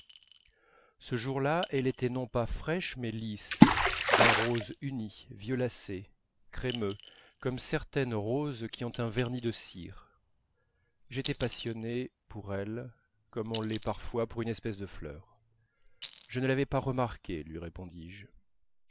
ce jour-là elle était non pas fraîche mais lisse d'un rose uni violacé crémeux comme certaines roses qui ont un vernis de cire j'étais passionné pour elles comme on l'est parfois pour une espèce de fleurs je ne l'avais pas remarquée lui